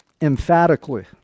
emphatically